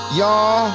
y'all